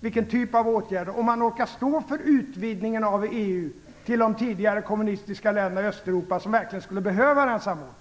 när det kommer till praktisk politik och orkar stå för en utvidgning av EU till de tidigare kommunistiska länderna i Östeuropa, som verkligen skulle behöva den samordningen.